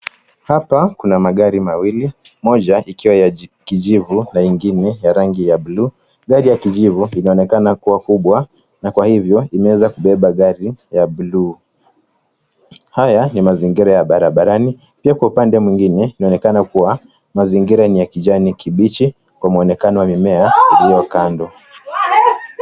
Hapa kuna magari mawili, moja ikiwa ya kijivu na ingine ya rangi ya buluu. Gari ya kijivu inaonekana kuwa kubwa, na kwa hivyo inaweza kubeba gari ya buluu. Haya ni mazingira ya barabarani, pia kwa upande mwingine inaonekana kuwa mazingira ni ya kijani kibichi kwa muonekano wa mimea iliyo kando.